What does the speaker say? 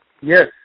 yes